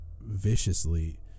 viciously